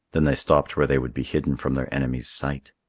then they stopped where they would be hidden from their enemies' sight.